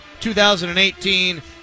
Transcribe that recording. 2018